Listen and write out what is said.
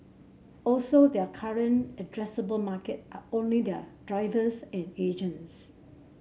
also their current addressable market are only their drivers end agents